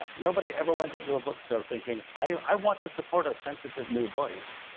um nobody ever went into a bookstore thinking i want to support a sensitive new voice.